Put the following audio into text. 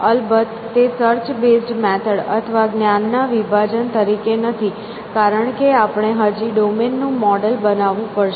અલબત્ત તે search base method અથવા જ્ઞાન ના વિભાજન તરીકે નથી કારણ કે આપણે હજી ડોમેન નું મોડેલ બનાવવું પડશે